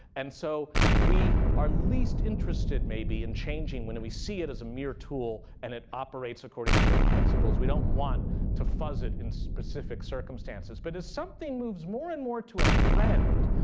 and so we are least interested maybe in changing when we see it as a mere tool and it operates according to certain principles. we don't want to fuzz it in specific circumstances. but as something moves more and more to a friend,